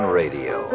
radio